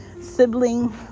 sibling